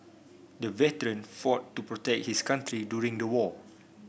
the veteran fought to protect his country during the war